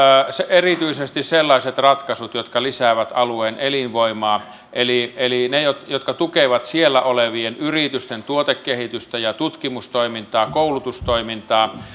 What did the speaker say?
erityisesti sellaiset ratkaisut jotka lisäävät alueen elinvoimaa eli eli ne jotka tukevat siellä olevien yritysten tuotekehitystä ja tutkimustoimintaa koulutustoimintaa